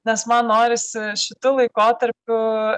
nes man norisi šitu laikotarpiu